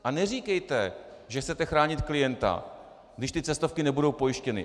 A neříkejte, že chcete chránit klienta, když ty cestovky nebudou pojištěny.